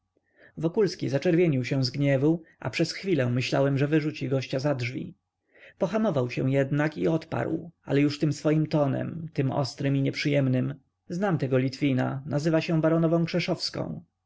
nieprawdaż wokulski zaczerwienił się z gniewu a przez chwilę myślałem że wyrzuci gościa za drzwi pohamował się jednak i odparł ale już tym swoim tonem tym ostrym i nieprzyjemnym znam tego litwina nazywa się baronową krzeszowską